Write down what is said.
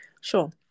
sure